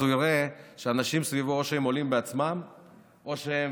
אז הוא יראה שאנשים סביבו הם עצמם עולים או שהם